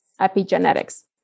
epigenetics